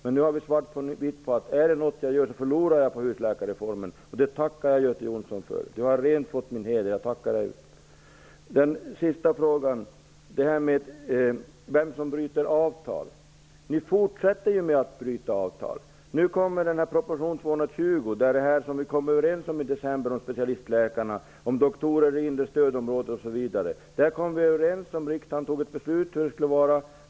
Men nu har vi svart på vitt att jag förlorar på husläkarreformen, och det tackar jag Göte Jonsson för. Han har rentvått min heder. Till sist vill jag ta upp frågan om vem som bryter avtal. Ni fortsätter ju att bryta avtal. Vi kom i december överens om specialistläkarna, om doktorer i det inre stödområdet osv., och riksdagen fattade ett beslut.